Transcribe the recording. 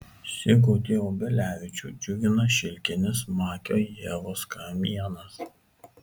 sigutį obelevičių džiugina šilkinis makio ievos kamienas